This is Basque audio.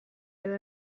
edo